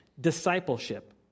discipleship